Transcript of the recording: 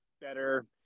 better